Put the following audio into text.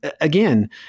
again